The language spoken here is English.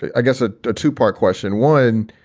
i guess a two part question. one.